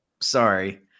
sorry